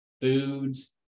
foods